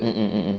mm mm